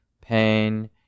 Pain